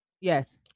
Yes